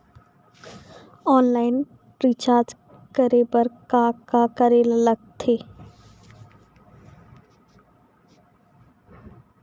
Online recharge करे बर का का करे ल लगथे?